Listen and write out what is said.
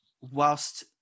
whilst